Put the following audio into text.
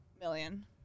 million